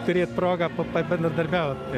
turėt progą pabendradarbiauti